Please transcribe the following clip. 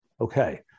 Okay